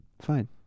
Fine